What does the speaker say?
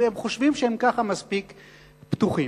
והם חושבים שהם כך מספיק בטוחים.